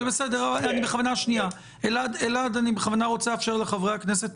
אני מבקש התייחסות שלכם לנושא האשכולות,